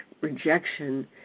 rejection